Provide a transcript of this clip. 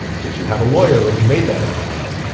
did you have a lawyer when you made that agreement.